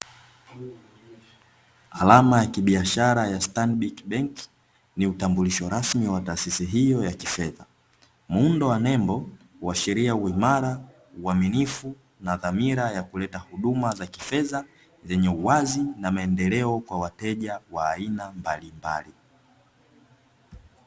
Alama ya kibiashara ya Stanic bank ni utambulisho rasmi wa taasisi yao kifedha, muundo wa nembo huashiria uimara uaminifu na dhamira ya kuleta huduma za kifedha zenye uwazii na maendeleo kwa wateja wa aina mbalimbali.